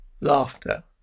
laughter